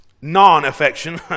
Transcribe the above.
non-affection